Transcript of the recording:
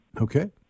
Okay